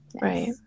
right